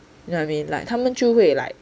you know what I mean like 他们就会 like